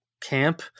camp